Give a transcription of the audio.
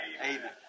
Amen